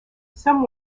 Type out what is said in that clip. some